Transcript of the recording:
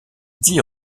dix